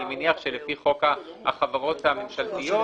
אני מניח שלפי חוק החברות הממשלתיות,